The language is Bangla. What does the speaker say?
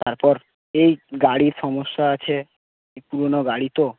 তারপর এই গাড়ির সমস্যা আছে এই পুরনো গাড়ি তো